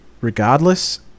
regardless